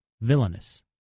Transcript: villainous